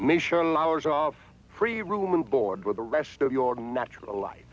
michelle hours of free room and board with the rest of your natural li